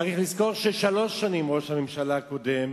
צריך לזכור ששלוש שנים ראש הממשלה הקודם